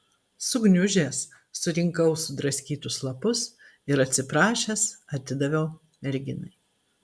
sugniužęs surinkau sudraskytus lapus ir atsiprašęs atidaviau merginai